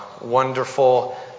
wonderful